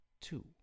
two